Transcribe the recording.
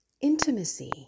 intimacy